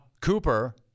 Cooper